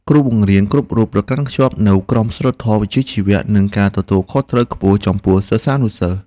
គ្រូបង្រៀនគ្រប់រូបប្រកាន់ខ្ជាប់នូវក្រមសីលធម៌វិជ្ជាជីវៈនិងការទទួលខុសត្រូវខ្ពស់ចំពោះសិស្សានុសិស្ស។